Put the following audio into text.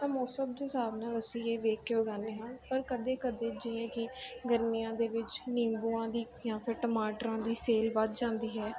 ਤਾਂ ਮੌਸਮ ਦੇ ਹਿਸਾਬ ਨਾਲ ਅਸੀਂ ਇਹ ਵੇਖ ਕੇ ਉਗਾਉਂਦੇ ਹਾਂ ਪਰ ਕਦੇ ਕਦੇ ਜਿਵੇਂ ਕਿ ਗਰਮੀਆਂ ਦੇ ਵਿੱਚ ਨਿੰਬੂਆਂ ਦੀ ਜਾਂ ਫਿਰ ਟਮਾਟਰਾਂ ਦੀ ਸੇਲ ਵੱਧ ਜਾਂਦੀ ਹੈ